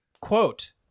quote